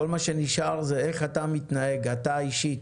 כל מה שנשאר זה איך אתה מתנהג אתה אישית,